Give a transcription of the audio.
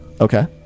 Okay